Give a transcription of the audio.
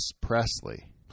Presley